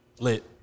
Lit